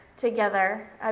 together